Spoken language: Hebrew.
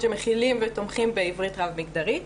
שמכילים ותומכים בעברית רב-מגדרית,